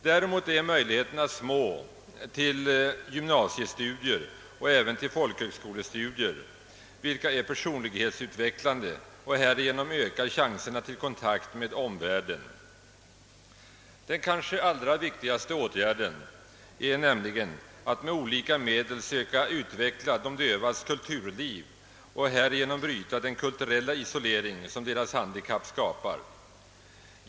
Däremot är möjligheterna små till gymnasiestudier och även till folkhögskolestudier, vilka är personlighetsutvecklande och sålunda ökar chanserna till kontakt med omvärlden. Den kanske allra viktigaste åtgärd som kan vidtagas på detta område är att med olika medel söka utveckla de dövas kulturliv och därigenom söka bryta den kulturella isolering som deras handikapp skapar.